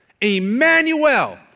Emmanuel